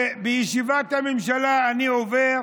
ובישיבת הממשלה אני עובר